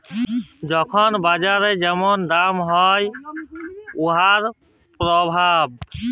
যখল বাজারে যেমল দাম হ্যয় উয়ার পরভাব